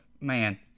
Man